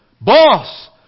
boss